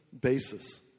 basis